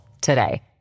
today